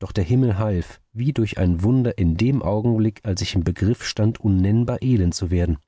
doch der himmel half wie durch ein wunder in dem augenblick als ich im begriff stand unnennbar elend zu werden